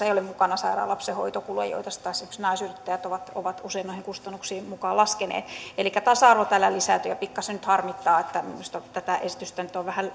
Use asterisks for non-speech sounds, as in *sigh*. *unintelligible* ei ole mukana sairaan lapsen hoitokuluja joita sitten taas esimerkiksi naisyrittäjät ovat ovat usein noihin kustannuksiin mukaan laskeneet elikkä tasa arvo tällä lisääntyy ja pikkasen nyt harmittaa että minusta tätä esitystä nyt on vähän *unintelligible*